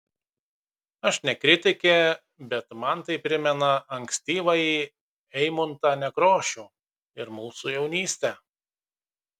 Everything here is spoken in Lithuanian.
aš ne kritikė bet man tai primena ankstyvąjį eimuntą nekrošių ir mūsų jaunystę